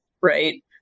right